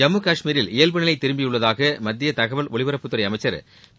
ஜம்மு காஷ்மீரில் இயல்புநிலை திரும்பியுள்ளதாக மத்திய தகவல் ஒலிபரப்புத்துறை அமைச்சர் திரு